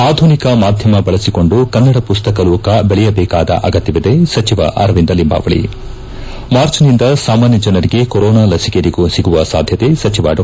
ಆಧುನಿಕ ಮಾಧ್ಯಮ ಬಳಸಿಕೊಂಡು ಕನ್ನಡ ಪುಸ್ತಕ ಲೋಕ ಬೆಳೆಯದೇಕಾದ ಅಗತ್ಯವಿದೆ ಸಚಿವ ಅರವಿಂದ ಲಿಂಬಾವಳ ಮಾರ್ಚ್ ನಿಂದ ಸಾಮಾನ್ಯ ಜನರಿಗೆ ಕೊರೋನಾ ಲಸಿಕೆ ಸಿಗುವ ಸಾಧ್ಯತೆ ಸಚಿವ ಡಾ